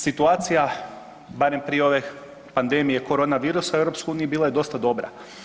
Situacija barem prije ove pandemije korona virusa u EU bila je dosta dobra.